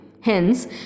Hence